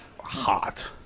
hot